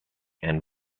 and